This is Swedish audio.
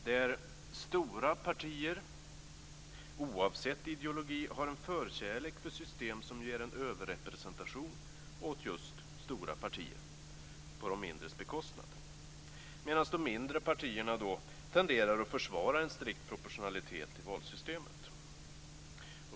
Där har stora partier, oavsett ideologi, en förkärlek för system som ger en överrepresentation åt just stora partier, på de mindres bekostnad, medan de mindre partierna tenderar att försvara en strikt proportionalitet i valsystemet.